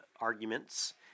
arguments